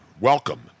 welcome